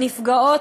הנפגעות,